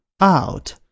Out